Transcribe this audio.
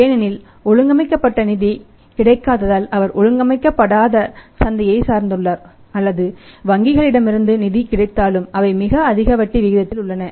ஏனெனில் ஒழுங்கமைக்கப்பட்ட நிதி கிடைக்காததால் அவர் ஒழுங்கமைக்கப்படாத சந்தையைப் சார்ந்துள்ளார் அல்லது வங்கிகளிடமிருந்து நிதி கிடைத்தாலும் அவை மிக அதிக வட்டி விகிதத்தில் உள்ளன